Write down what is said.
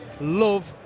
love